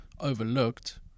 overlooked